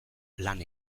lan